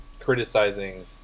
Criticizing